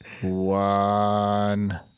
One